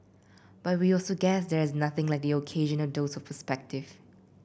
but we also guess there's nothing like the occasional dose of perspective